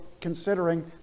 considering